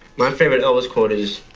my favorite elvis quote is,